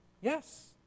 Yes